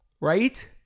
right